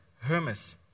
Hermes